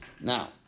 Now